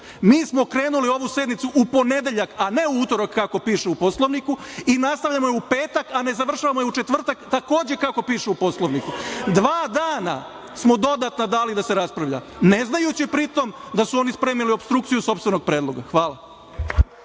mi smo krenuli ovu sednicu u ponedeljak, a ne u utorak kako piše u Poslovniku i nastavljamo je u petak, a ne završavamo je u četvrtak, takođe kako piše u Poslovniku. Dva dana smo dodatno dali, ne znajući pritom da su oni spremili opstrukciju sopstvenog predloga. Hvala.